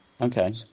Okay